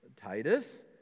Titus